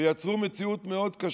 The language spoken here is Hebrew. ויצרו מציאות מאוד קשה,